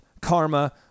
karma